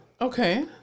okay